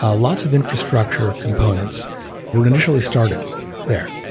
ah lots of infrastructure components were initially started there.